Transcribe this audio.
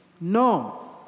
No